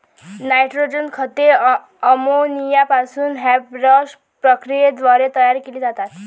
nitrogen खते ammonia पासून Haber Bosch प्रक्रियेद्वारे तयार केली जातात